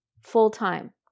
full-time